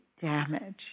damage